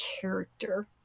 character